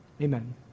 amen